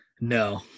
No